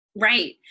Right